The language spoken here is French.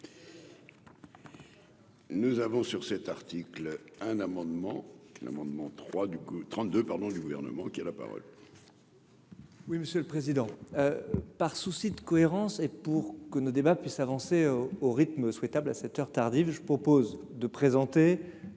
Nous avons sur cet article un amendement l'amendement trois du coup trente-deux pardon du gouvernement qui a la parole. Oui, monsieur le président, par souci de cohérence et pour que le débat puisse avancer au rythme souhaitable à cette heure tardive, je propose de présenter